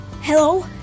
Hello